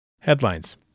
Headlines